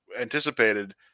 anticipated